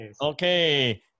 Okay